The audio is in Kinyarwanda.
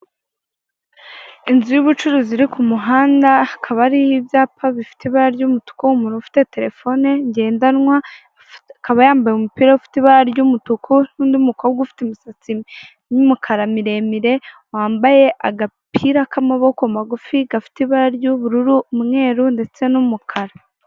Inzu y'ubucuruzi iri ku muhanda, hakaba hariho ibyapa bifite ibara ry'umutuku, umuntu ufite telefone ngendanwa, akaba yambaye umupira ufite ibara ry'umutuku n'undi mukobwa ufite imisatsi y'umukara miremire wambaye agapira k'amaboko magufi gafite ibara ry'ubururu, umweru ndetse n'umukara.